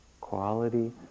quality